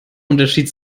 unterschied